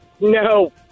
No